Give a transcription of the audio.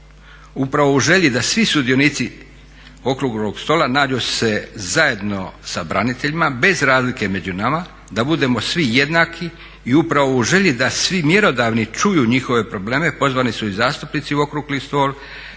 Upravo u želji da svi sudionici okruglog stola nađu se zajedno sa braniteljima bez razlike među nama, da budemo svi jednaki i upravo u želji da svi mjerodavni čuju njihove probleme pozvani su i zastupnici u okrugli stol